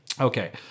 Okay